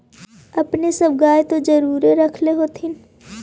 अपने सब गाय तो जरुरे रख होत्थिन?